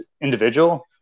individual